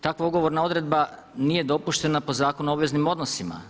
Takva ugovorna odredba nije dopuštena po Zakonu o obveznim odnosima.